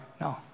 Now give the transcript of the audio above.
no